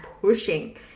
pushing